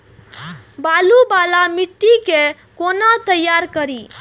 बालू वाला मिट्टी के कोना तैयार करी?